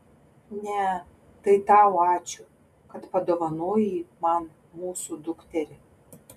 ne tai tau ačiū kad padovanojai man mūsų dukterį